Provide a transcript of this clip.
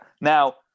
Now